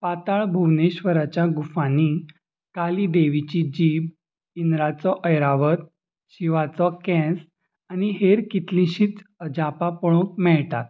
पाताळ भुवनेश्वराच्या गुफांनी काली देवीची जीब इंद्राचो ऐरावत शिवाचो केंस आनी हेर कितलींशींच अजापां पळोवंक मेळटात